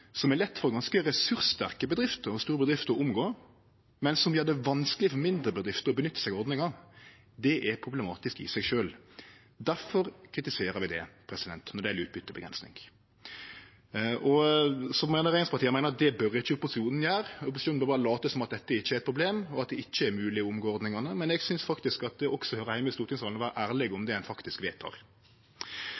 som er lett for ganske ressurssterke og store bedrifter å omgå, men som gjer det vanskeleg for mindre bedrifter å nytte seg av ordninga, er problematisk i seg sjølv. Difor kritiserer vi det når det gjeld utbyteavgrensing. Regjeringspartia meiner at det bør ikkje opposisjonen gjere, opposisjonen bør berre late som at dette ikkje er eit problem, og at det ikkje er mogleg å omgå ordningane, men eg synest faktisk at det også høyrer heime i stortingssalen å vere ærleg om